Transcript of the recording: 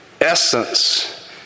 essence